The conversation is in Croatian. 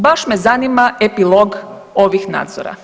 Baš me zanima epilog ovih nadzora.